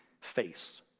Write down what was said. face